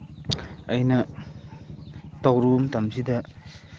ꯑꯩꯅ ꯇꯧꯔꯨꯕ ꯃꯇꯝꯁꯤꯗ